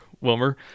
Wilmer